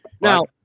Now